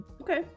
okay